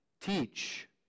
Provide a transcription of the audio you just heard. teach